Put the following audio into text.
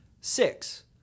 Six